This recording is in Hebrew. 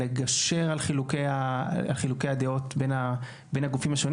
לגשר על חילוקי הדעות בין הגופים השונים